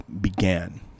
began